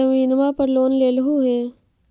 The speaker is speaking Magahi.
जमीनवा पर लोन लेलहु हे?